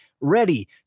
ready